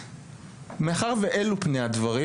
מאחר ואלו פני הדברים,